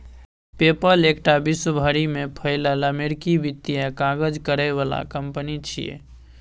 पे पल एकटा विश्व भरि में फैलल अमेरिकी वित्तीय काज करे बला कंपनी छिये